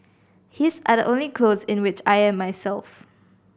his are the only clothe in which I am myself